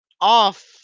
off